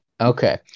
Okay